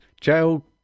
jail